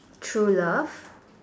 true love